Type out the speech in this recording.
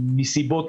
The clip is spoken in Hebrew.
שמסיבות